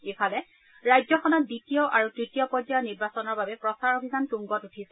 ইফালে ৰাজ্যখনত দ্বিতীয় আৰু তৃতীয় পৰ্যায়ৰ নিৰ্বাচনৰ বাবে প্ৰচাৰ অভিযান তৃংগত উঠিছে